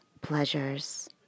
pleasures